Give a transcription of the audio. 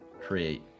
create